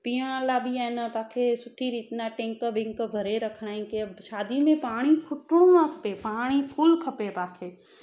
पीअण लाइ बि आहे न पांखे सुठी रीति टैंक वैंक भरे रखणा आहिनि शादी में पाणी ख़ूबु ख़ूबु खपे पाणी फुल खपे पांखे